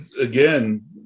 Again